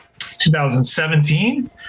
2017